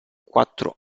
quattro